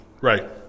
right